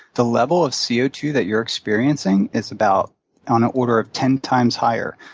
the level of c o two that you're experiencing is about on an order of ten times higher.